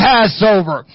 Passover